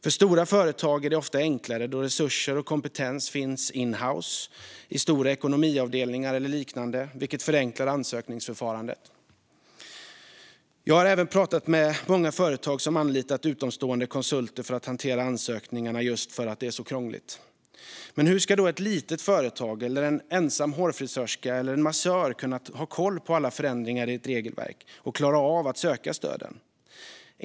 För stora företag är det ofta enklare då resurser och kompetens finns in-house i stora ekonomiavdelningar eller liknande, vilket förenklar ansökningsförfarandet. Jag har även pratat med unga företag som anlitat utomstående konsulter för att hantera ansökningarna just för att det är så krångligt. Men hur ska då ett litet företag, en ensam hårfrisörska eller en massör kunna ha koll på alla förändringar i regelverket och klara av att söka stöden?